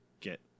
get